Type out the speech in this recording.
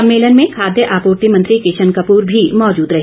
सम्मेलन में खाद्य आपूर्ति मंत्री किशन कपूर भी मौजूद रहे